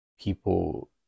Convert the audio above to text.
people